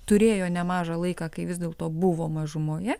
turėjo nemažą laiką kai vis dėlto buvo mažumoje